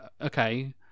okay